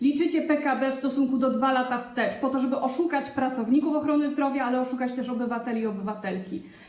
Liczycie PKB w stosunku do 2 lat wstecz, po to żeby oszukać pracowników ochrony zdrowia, ale też obywateli i obywatelki.